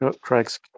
Craig's